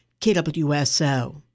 KWSO